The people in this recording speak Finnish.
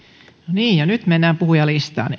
niin ja nyt mennään puhujalistaan